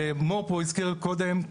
ומור פה הזכיר קודם,